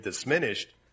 diminished